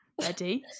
Ready